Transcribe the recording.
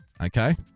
Okay